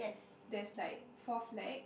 there's like fourth flags